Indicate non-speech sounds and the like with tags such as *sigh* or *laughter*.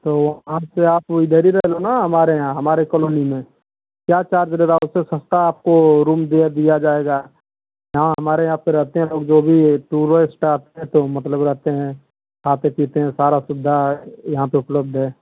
तो अबसे आप इधर ही रह लो ना हमारे यहाँ हमारे कोलोनी में क्या चार्ज ले रहा है उससे आपको सस्ता आपको रूम दे दिया जाएगा यहाँ हमारे यहाँ *unintelligible* है लोग जो भी *unintelligible* स्टाफ है तो मतलब रहते हैं खाते पीते हैं सारी सारी सुविधा यहाँ पर उपलब्ध हैं